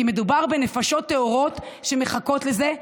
כי מדובר בנפשות טהורות שמחכות לזה,